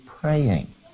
praying